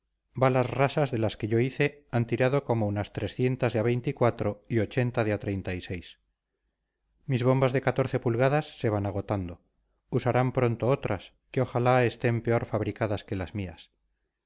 enemigo balas rasas de las que yo hice han tirado como unas trescientas de a y ochenta de a mis bombas de pulgadas se van agotando usarán pronto otras que ojalá estén peor fabricadas que las mías